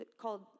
called